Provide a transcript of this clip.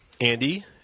Andy